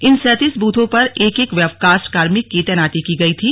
इन सैतीस ब्रथों पर एक एक वेवकास्ट कार्मिक की तैनाती की गयी थी